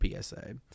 PSA